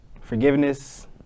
forgiveness